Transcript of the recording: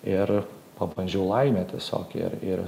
ir pabandžiau laimę tiesiog ir ir